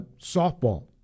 Softball